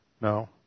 No